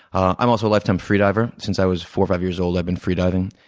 i'm also a lifetime freediver since i was four or five years old, i've been freediving.